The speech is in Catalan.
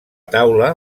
taula